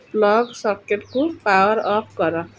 plug ସକେଟ୍କୁ power off କର